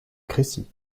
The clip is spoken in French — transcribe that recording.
crécy